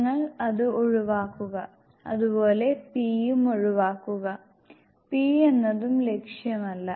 നിങ്ങൾ അത് ഒഴിവാക്കുക അതുപോലെ p യും ഒഴിവാക്കുക p എന്നതും ലക്ഷ്യമല്ല